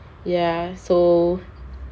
ya so